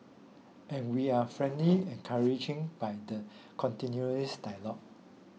and we're frankly encouraging by the continuing dialogue